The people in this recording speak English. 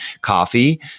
coffee